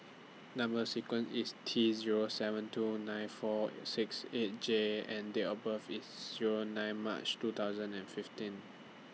Number sequence IS T Zero seven two nine four six eight J and Date of birth IS Zero nine March two thousand and fifteen